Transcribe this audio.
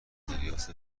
مقیاس